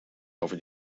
over